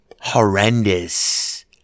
horrendous